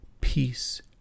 peace